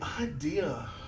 idea